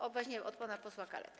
O właśnie - od pana posła Kalety.